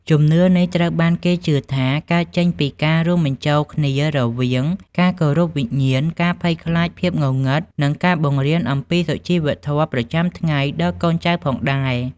ជំនឿនេះត្រូវបានគេជឿថា កើតចេញពីការរួមបញ្ចូលគ្នារវាង ការគោរពវិញ្ញាណ ការភ័យខ្លាចភាពងងឹត និង ការបង្រៀនអំពីសុជីវធម៌ប្រចាំថ្ងៃដល់កូនចៅផងដែរ ។